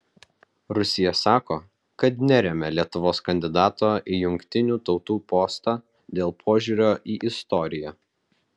rusija sako kad neremia lietuvos kandidato į jungtinių tautų postą dėl požiūrio į istoriją